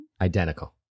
Identical